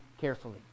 carefully